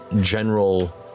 general